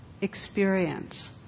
Experience